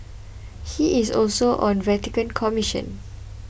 he is also on a Vatican commission